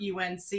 UNC